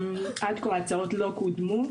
עד כה ההצעות לא קודמו.